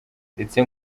ndetse